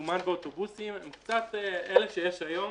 מזומן באוטובוסים, אלה שיש היום